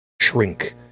shrink